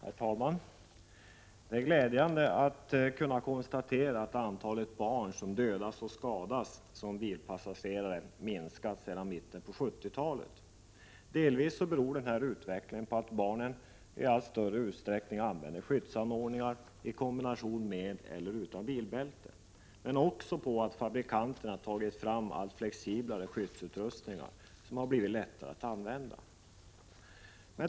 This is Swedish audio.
Herr talman! Det är glädjande att kunna konstatera att antalet barn som dödats och skadats som bilpassagerare minskat sedan mitten av 1970-talet. Delvis beror denna utveckling på att barnen i allt större utsträckning använder skyddsanordningar i kombination med eller utan bilbälte, men också på att fabrikanterna tagit fram allt flexiblare skyddsutrustningar som blivit lättare att använda.